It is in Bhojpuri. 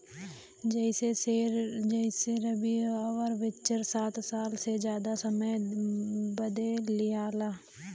जइसेरवि अउर वेन्चर सात साल से जादा समय बदे लिआला